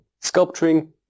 sculpturing